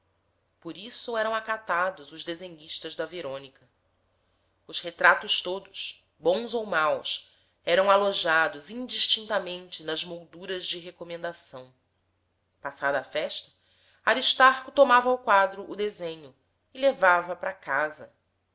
por isso eram acatados os desenhistas da verônica os retratos todos bons ou maus eram alojados indistintamente nas molduras de recomendação passada a festa aristarco tomava ao quadro o desenho e levava para casa